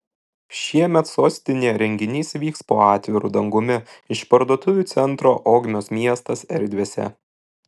šiemet sostinėje renginys vyks po atviru dangumi išparduotuvių centro ogmios miestas erdvėse